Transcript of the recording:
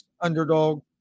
underdog